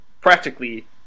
practically